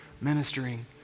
ministering